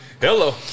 Hello